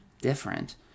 different